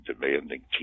demanding